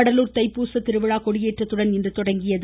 வடலூர் தைப்பூசத் திருவிழா கொடியேற்றத்துடன் இன்று தொடங்கியது